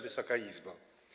Wysoka Izbo!